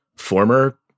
former